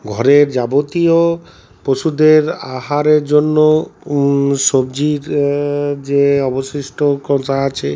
ঘরের যাবতীয় পশুদের আহারের জন্য সবজির যে অবশিষ্ট খোসা আছে